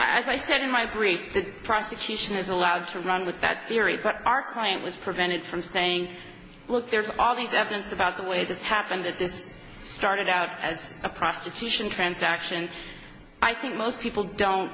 as i said in my brief the prosecution is allowed to run with that theory but our client was prevented from saying well there's all these evidence about the way this happened that this started out as a prostitution transaction i think most people don't